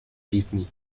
disney